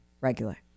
regular